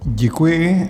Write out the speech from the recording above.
Děkuji.